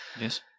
Yes